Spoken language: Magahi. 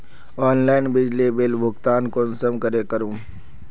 ऑनलाइन बिजली बिल भुगतान कुंसम करे करूम?